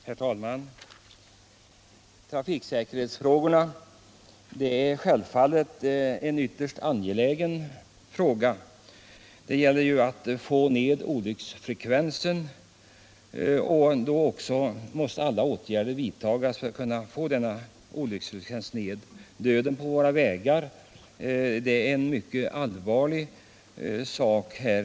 Herr talman! Trafiksäkerhetsfrågorna är självfallet ytterst angelägna. Det gäller att få ned olycksfrekvensen, och alla åtgärder måste vidtagas för att åstadkomma det. Döden på vägarna i vårt land är en mycket allvarlig sak.